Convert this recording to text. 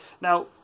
Now